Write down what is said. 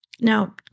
Now